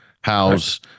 house